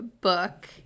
book